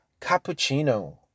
Cappuccino